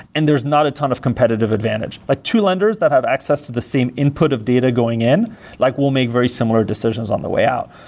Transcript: and there's not a ton of competitive advantage. ah two lenders that have access to the same input of data going in like will make very similar decisions on the way out.